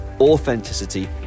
Authenticity